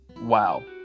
wow